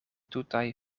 tutaj